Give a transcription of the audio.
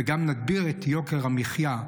וגם נדביר את יוקר המחיה,